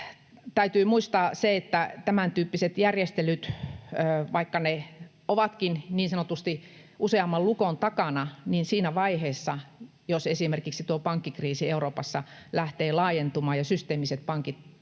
Täytyy muistaa se, että vaikka tämäntyyppiset järjestelyt ovatkin niin sanotusti useamman lukon takana, siinä vaiheessa, jos esimerkiksi tuo pankkikriisi Euroopassa lähtee laajentumaan ja systeemiset pankit